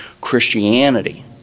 Christianity